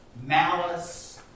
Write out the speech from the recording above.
malice